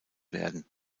werden